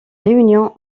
réunions